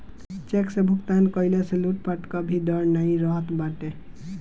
check से भुगतान कईला से लूटपाट कअ भी डर नाइ रहत बाटे